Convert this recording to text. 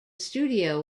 studio